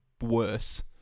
worse